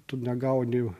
tu negauni